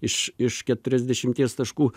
iš iš keturiasdešimies taškų